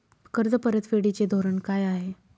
कर्ज परतफेडीचे धोरण काय आहे?